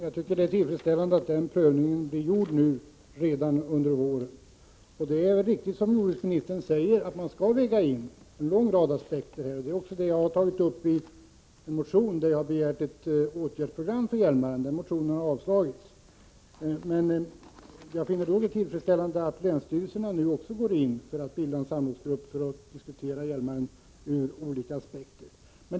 Herr talman! Det är tillfredsställande att den prövningen blir gjord redan under våren. Det är riktigt som jordbruksministern säger att man skall väga in en lång rad aspekter, och det är också vad jag gjort i en motion där jag begärt ett åtgärdsprogram för Hjälmaren. Den motionen har avslagits. Men jag finner det tillfredsställande att länsstyrelserna också går in för att bilda en samlingsgrupp och diskutera Hjälmaren ur olika aspekter.